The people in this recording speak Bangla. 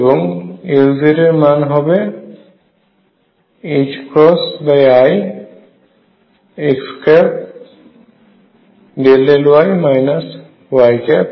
এবং Lz এর মান আমরা i x∂y y∂x পাব